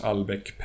Albeck